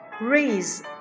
raise